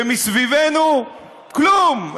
ומסביבנו כלום,